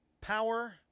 power